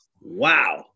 wow